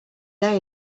day